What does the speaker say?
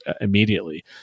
immediately